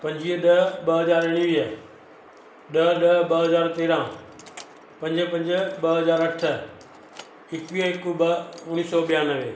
पंजवीह ॾह ॿ हज़ार उणिवीह ॾह ॾह ॿ हज़ार तेरहां पंज पंज ॿ हज़ार अठ एक्वीह हिकु ॿ उणिवीह सौ ॿियानवे